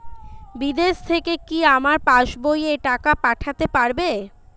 বিদেশ থেকে কি আমার পাশবইয়ে টাকা পাঠাতে পারবে?